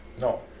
No